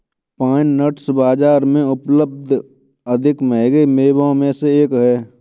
pine nuts बाजार में उपलब्ध अधिक महंगे मेवों में से एक हैं